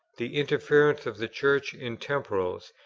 the interference of the church in temporals,